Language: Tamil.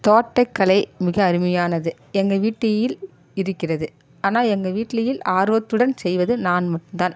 தோட்டக்கலை மிக அருமையானது எங்கள் வீட்டில் இருக்கிறது ஆனால் எங்கள் வீட்டுயில் ஆர்வத்துடன் செய்வது நான் மட்டும்தான்